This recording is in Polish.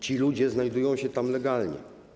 Ci ludzie znajdują się tam legalnie.